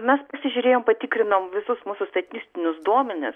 mes pasižiūrėjom patikrinom visus mūsų statistinius duomenis